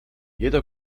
jeder